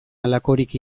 halakorik